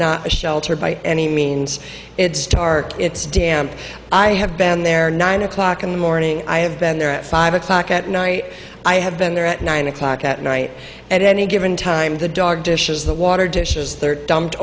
not a shelter by any means it's stark it's damp i have been there nine o'clock in the morning i have been there at five o'clock at night i have been there at nine o'clock at night at any given time the dog dishes the water dishes